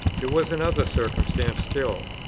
there was another circumstance still,